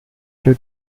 due